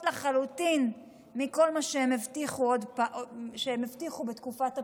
לחלוטין מכל מה שהם הבטיחו בתקופת הבחירות.